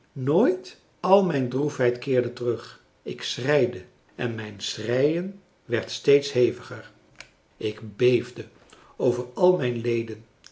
nit al mijn droefheid keerde terug ik schreide en mijn schreien werd steeds heviger ik beefde over al mijn leden